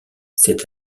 cet